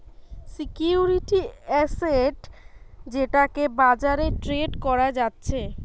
security asset যেটাকে বাজারে trade করা যাচ্ছে